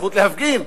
הזכות להפגין.